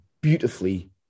beautifully